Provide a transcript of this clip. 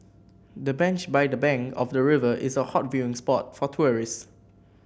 the bench by the bank of the river is a hot viewing spot for tourists